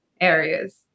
areas